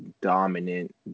dominant